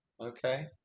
Okay